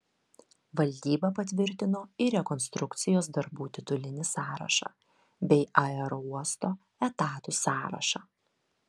valdyba patvirtino ir rekonstrukcijos darbų titulinį sąrašą bei aerouosto etatų sąrašą